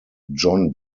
john